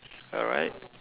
alright